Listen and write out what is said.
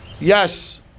Yes